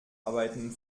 arbeiten